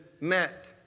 met